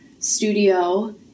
Studio